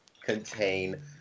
contain